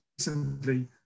recently